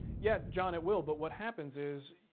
yeah, john, it will, but what happens is,